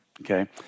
okay